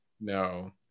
no